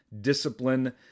discipline